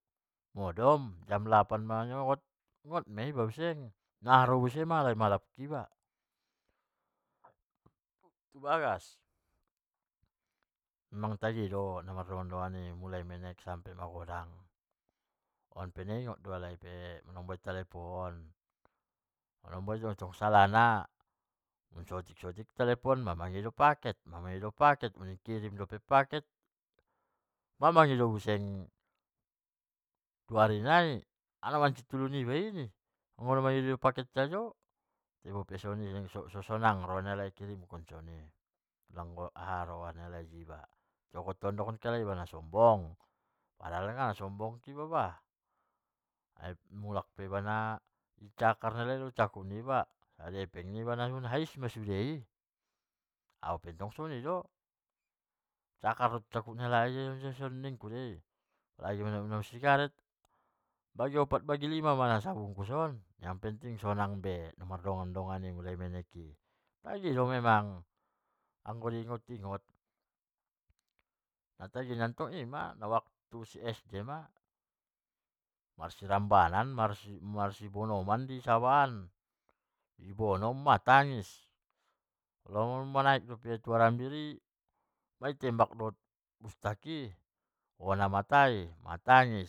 Modom jam lapan manyogot ngot ma iba museng, anro buseng ma alai mangalap iba tu bagas, emang tagi do namardongan-dongan i mulai sian menek sampe godang, nai ingot do hahalai museng kadang martalepon, anggoitong salah na sotik-sotik mamangido paket, sotik manalepon mangido paket, mangido paket, baru ikirim dope paket mamangido buseng dua ari nai, maccit do ulu nibai muda mangido paket sajo, tai bope soni so sonang roa ni alai ikirim soni, so aha roa ni alai naron dngkon alai iba nasombong, padahal nanggi nasombong ba, kadang mulak pe iba naicakar doma hepeng niba, sadia hepengmu isin habis do sude i, au pentong soni do cakar do caku ni alai, son-son nikku doi, imannon manabusi sigare bagi opat bagi lima do nasabungkus on, naponting rap sonang be namardongan-dongan sian menek i, tagi do emang muda di ingot-ingot, natagi nantong waktu SD ma marsirambanan, marsibonoman di sabaan, i bonom matangis. adong manaik tu ahrambir i itembak pake bustak i hona mata i matangis.